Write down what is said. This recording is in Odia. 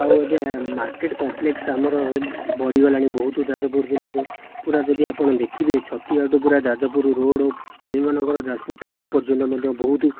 ଆଉ ଏବେ ମାର୍କେଟ କମ୍ପ୍ଲେକ୍ସ ଆମର ବଢ଼ିଗଲାଣି ବହୁତ ଯାଜପୁର ଜିଲ୍ଲାରେ ପୁରା ଯଦି ଆପଣ ଦେଖିବେ ଛତିଆଠୁ ପୁରା ଯାଜପୁରୁ ରୋଡ଼ କଳିଙ୍ଗନଗର ଯାଜପୁର ଟାଉନ ପର୍ଯ୍ୟନ୍ତ ମଧ୍ୟ ବହୁତ